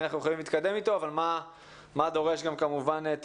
איך אנחנו יכולים להתקדם אתו ומה דורש טיפול,